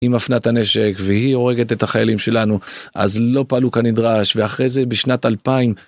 היא מפנה את הנשק והיא הורגת את החיילים שלנו אז לא פעלו כנדרש ואחרי זה בשנת 2000